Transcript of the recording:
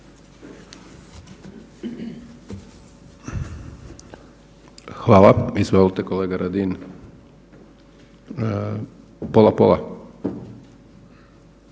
Hvala. Izvolite kolega Radin. Pola, pola.